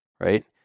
right